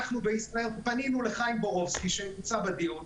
אנחנו בישראייר פנינו לחיים בורובסקי שנמצא בדיון,